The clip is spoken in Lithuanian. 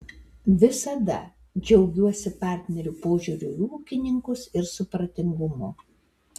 visada džiaugiuosi partnerių požiūriu į ūkininkus ir supratingumu